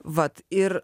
vat ir